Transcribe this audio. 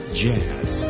jazz